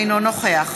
אינו נוכח